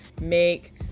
make